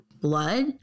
blood